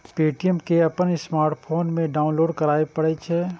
Paytm कें अपन smartphone मे डाउनलोड करय पड़ै छै